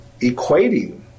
equating